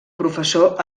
professor